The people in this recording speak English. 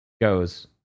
goes